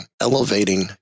elevating